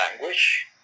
language